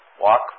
walk